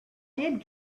did